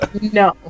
no